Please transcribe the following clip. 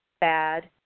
bad